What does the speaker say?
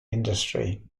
industry